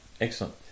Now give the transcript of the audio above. excellent